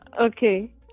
Okay